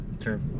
true